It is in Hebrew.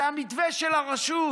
זה המתווה של הרשות.